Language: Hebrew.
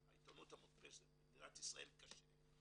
העיתונות המודפסת במדינת ישראל קשה.